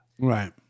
right